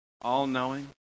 All-knowing